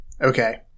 Okay